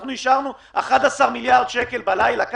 אנחנו אישרנו 11 מיליארד שקל בלילה,